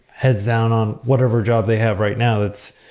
heads down on whatever job they have right now. it's,